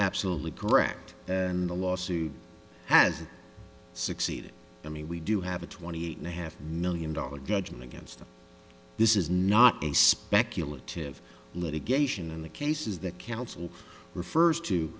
absolutely correct and the lawsuit has succeeded i mean we do have a twenty eight and a half million dollars judgment against them this is not a speculative litigation and the cases that counsel refers